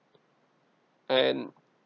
and